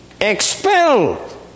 expel